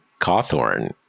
Cawthorn